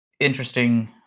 interesting